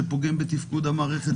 שפוגם בתפקוד המערכת,